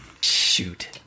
Shoot